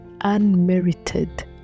unmerited